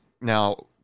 Now